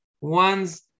one's